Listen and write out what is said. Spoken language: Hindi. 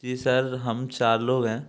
जी सर हम चार लोग हैं